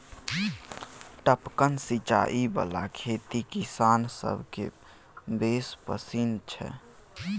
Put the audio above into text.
टपकन सिचाई बला खेती किसान सभकेँ बेस पसिन छै